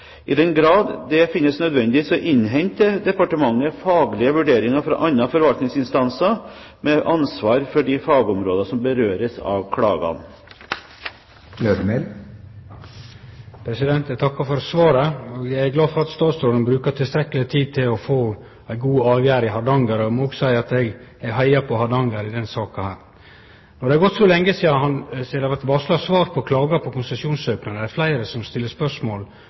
I den grad det er nødvendig, innhenter departementet faglige vurderinger fra andre forvaltningsinstanser med ansvar for de fagområder som berøres av klagene. Eg takkar for svaret. Eg er glad for at statsråden brukar tilstrekkeleg tid på å få ei god avgjerd i Hardanger. Eg må òg seie at eg heiar på Hardanger i denne saka. No er det så lenge sidan det vart varsla svar på klager på konsesjonssøknaden, at det er fleire som stiller spørsmål